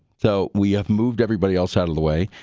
so we have moved everybody else out of the way,